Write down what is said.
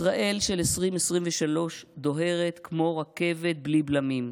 ישראל של 2023 דוהרת כמו רכבת בלי בלמים.